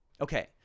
okay